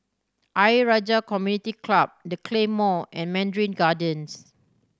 Ayer Rajah Community Club The Claymore and Mandarin Gardens